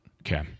Okay